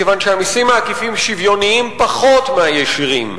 כיוון שהמסים העקיפים שוויוניים פחות מהישירים.